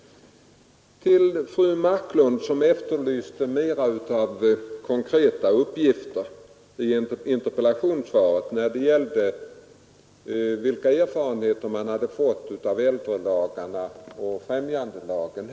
Fru Marklund efterlyste mera konkreta uppgifter i interpellationssvaret när det gällde vilka erfarenheter man hade fått av äldrelagarna och främjandelagen.